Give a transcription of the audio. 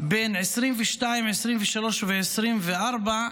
של 2022, 2023 ו-2024,